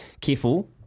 careful